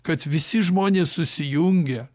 kad visi žmonės susijungia